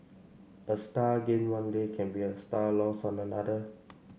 a star gained one day can be a star lost on another